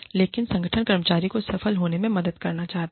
लेकिन संगठन कर्मचारी को सफल होने में मदद करना चाहता है